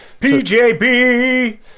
pjb